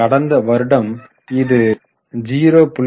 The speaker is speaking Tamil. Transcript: கடந்த வருடம் இது 0